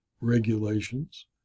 regulations